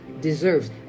deserves